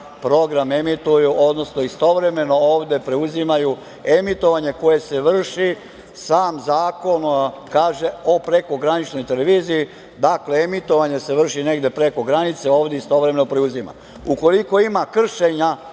program emituju, odnosno istovremeno ovde preuzimaju emitovanje koje se vrši, sam zakon kaže - o prekograničnoj televiziji? Dakle, emitovanje se vrši negde preko granice, a ovde istovremeno preuzima. Ukoliko ima kršenja